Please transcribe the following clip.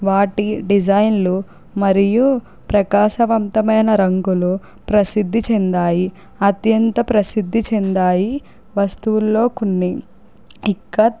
వాటి డిజైన్లు మరియు ప్రకాశవంతమైన రంగులు ప్రసిద్ధి చెందాయి అత్యంత ప్రసిద్ధి చెందాయి వస్తువుల్లో కొన్ని ఇక్కత్